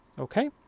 Okay